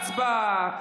הצבעה.